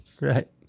right